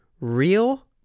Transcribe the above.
real